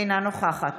אינה נוכחת